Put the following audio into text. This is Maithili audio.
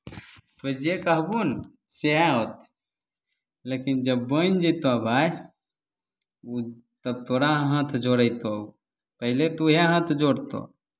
तोँय जे कहबो ने सएह होतै लेकिन जब बनि जयतह भाय ओ तब तोरा हाथ जोड़यतहु पहिले तऽ उएह हाथ जोड़तहु